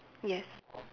yes